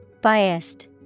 Biased